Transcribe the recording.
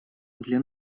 для